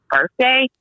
birthday